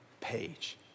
page